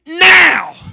now